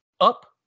up